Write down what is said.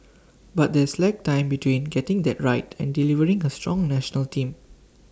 but there's lag time between getting that right and delivering A strong National Team